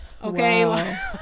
Okay